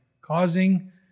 causing